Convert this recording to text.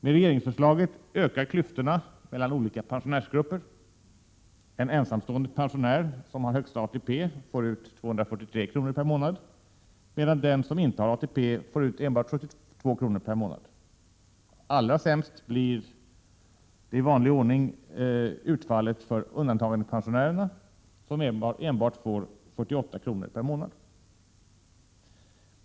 Med regeringsförslaget ökar klyftorna mellan olika pensionärsgrupper. En ensamstående pensionär som har högsta ATP får ut 243 kr. per månad, medan den som inte har ATP enbart får ut 72 kr. per månad. Allra sämst blir, i vanlig ordning, utfallet för undantagandepensionärerna, som enbart får 48 kr. per månad.